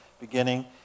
beginning